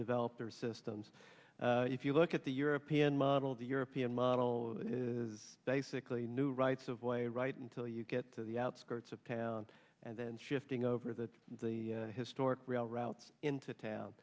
develop their systems if you look at the european model the european model is basically new rights of way right until you get to the outskirts of town and then shifting over that the historic real routes into town